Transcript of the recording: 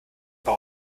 bei